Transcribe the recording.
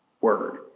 word